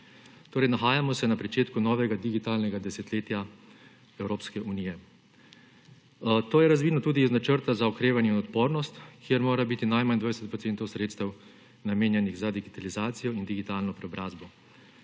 Torej, nahajamo se na začetku novega digitalnega desetletja Evropske unije. To je razvidno tudi iz Načrta za okrevanje in odpornost, kjer mora biti najmanj 20 % sredstev namenjenih za digitalizacijo in digitalno preobrazbo.